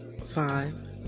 Five